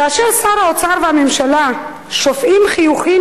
כאשר שר האוצר והממשלה שופעים חיוכים,